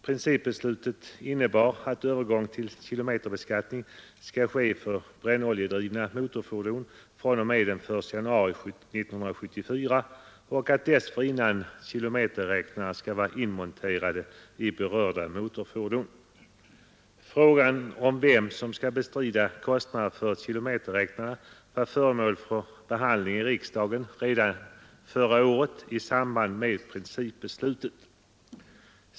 Principbeslutet innebar att övergång till kilometerbeskattning skall ske för brännoljedrivna motorfordon fr.o.m. den 1 januari 1974 och att dessförinnan kilometerräknare skall vara inmonterade i berörda fordon. Frågan om vem som skall bestrida kostnaderna för kilometerräknare var föremål för behandling i riksdagen redan 1971 i samband med principbeslutet.